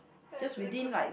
that's a good